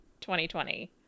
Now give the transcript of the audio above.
2020